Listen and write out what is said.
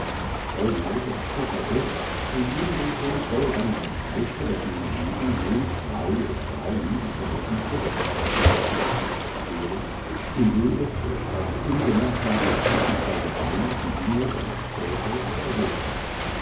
voll neid und eifersucht und ebenso schon voll ränke wußte das junge wesen nun zwei oder drei liebesverhältnisse des forstmeisters zu zerstören indem es durch fast unbemerkbare zwischenträgereien die dinge entstellte und verwirrte